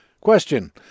Question